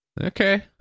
Okay